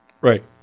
Right